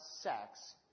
sex